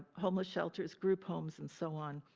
homeless shelters, group homes and so on.